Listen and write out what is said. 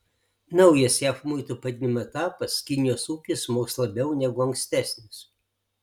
naujas jav muitų padidinimo etapas kinijos ūkiui smogs labiau negu ankstesnis